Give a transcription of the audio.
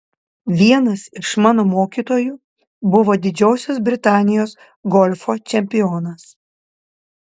vienas iš mano mokytojų buvo didžiosios britanijos golfo čempionas